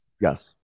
Yes